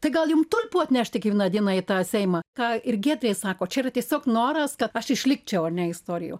tai gal jum tulpių atnešti kiekvieną dieną į tą seimą ką ir giedrė sako čia yra tiesiog noras kad aš išlikčiau ar ne istorijų